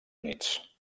units